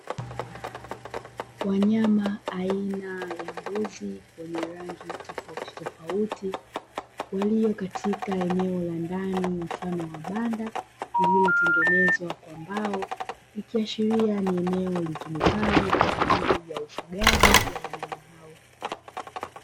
Wanyama aina ya mbuzi wenye rangi tofautitofauti waliokatika eneo la ndani mfano wa banda lililotengenezwa kwa mbao, ikiashiria ni eneo linalotumika kwa ajili ya ufugaji wa wanyama hao.